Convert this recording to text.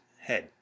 head